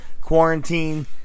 Quarantine